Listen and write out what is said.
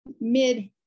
Mid